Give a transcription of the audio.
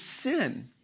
sin